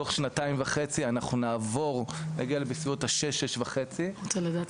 תוך שנתיים וחצי אנחנו נגיע לסביבות ה-6,000 או 6,500 אלף תינוקות.